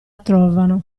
trovano